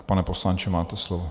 Pane poslanče, máte slovo.